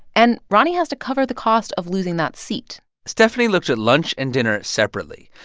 and roni has to cover the cost of losing that seat stephani looked at lunch and dinner separately.